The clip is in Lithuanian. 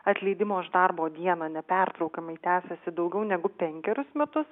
atleidimo iš darbo dieną nepertraukiamai tęsiasi daugiau negu penkerius metus